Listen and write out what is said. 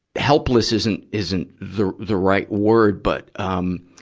helpless isn't, isn't the, the right word, but, um,